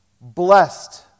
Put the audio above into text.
blessed